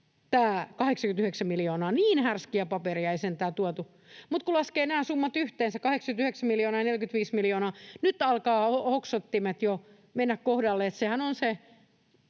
tämä 89 miljoonaa. Niin härskiä paperia ei sentään tuotu. Mutta kun laskee nämä summat yhteen, se 89 miljoonaa ja 45 miljoonaa, niin nyt alkaa hoksottimet jo mennä kohdalleen. Sehän on se